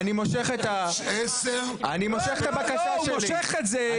אני יותר מתורבתת מכם.